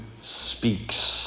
speaks